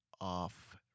off